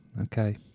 Okay